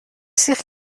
سیخ